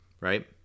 right